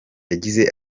yagize